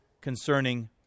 concerning